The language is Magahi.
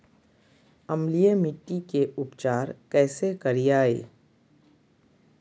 अम्लीय मिट्टी के उपचार कैसे करियाय?